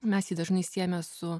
mes jį dažnai siejame su